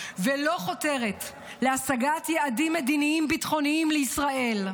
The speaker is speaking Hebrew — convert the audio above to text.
ולא חותרת להשגת יעדים מדיניים ביטחוניים לישראל,